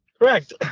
Correct